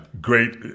great